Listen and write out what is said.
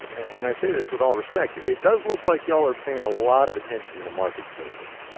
and i say this with all respect, it does look like y'all are paying a lot of attention to the markets, lately,